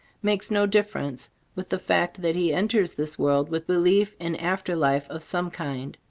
makes no difference with the fact that he enters this world with belief in after life of some kind.